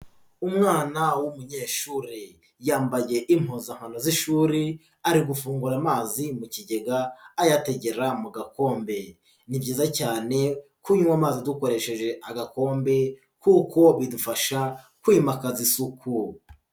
Umwana w'umunyeshuri yambaye impuzankano z'ishuri, ari gufungura amazi mu kigega ayategera mu gakombe, ni byiza cyane kunywa amazi dukoresheje agakombe kuko bidufasha kwimaka isuku.